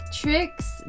tricks